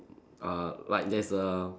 uh like there's a